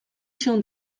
się